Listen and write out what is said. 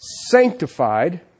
Sanctified